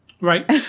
Right